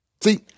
See